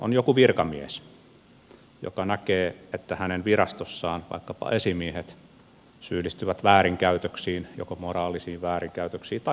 on joku virkamies joka näkee että hänen virastossaan vaikkapa esimiehet syyllistyvät väärinkäytöksiin joko moraalisiin väärinkäytöksiin tai jopa rikoksiin